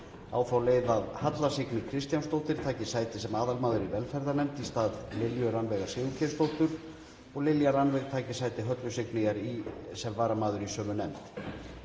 þá leið að, Halla Signý Kristjánsdóttir taki sæti sem aðalmaður í velferðarnefnd í stað Lilju Rannveigar Sigurgeirsdóttur og Lilja Rannveig taki sæti Höllu Signýjar í sem varamaður í sömu nefnd.